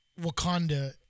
Wakanda